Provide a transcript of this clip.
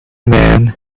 man